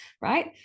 right